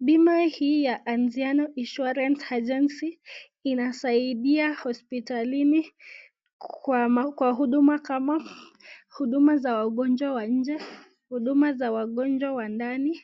Bima hii ya Anziano Insurance Agency inasaidia hospitalini kwa huduma kama ; huduma za wagonjwa wa nje, huduma za wagonjwa wa ndani,